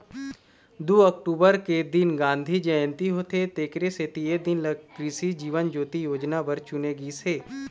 दू अक्टूबर के दिन गांधी जयंती होथे तेखरे सेती ए दिन ल कृसि जीवन ज्योति योजना बर चुने गिस हे